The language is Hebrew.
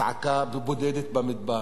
צעקה בודדת במדבר,